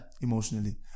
emotionally